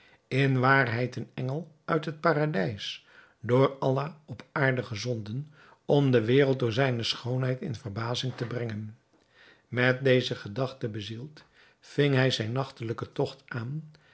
in waarheid een engel uit het paradijs door allah op aarde gezonden om de wereld door zijne schoonheid in verbazing te brengen met deze gedachte bezield ving hij zijn nachtelijken togt aan